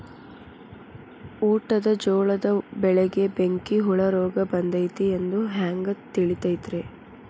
ಊಟದ ಜೋಳದ ಬೆಳೆಗೆ ಬೆಂಕಿ ಹುಳ ರೋಗ ಬಂದೈತಿ ಎಂದು ಹ್ಯಾಂಗ ತಿಳಿತೈತರೇ?